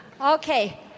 Okay